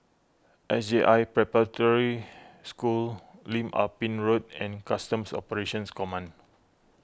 S J I Preparatory School Lim Ah Pin Road and Customs Operations Command